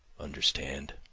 understand?